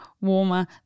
warmer